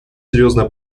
серьезная